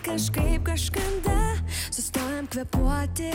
kažkaip kažkada sustojam kvėpuoti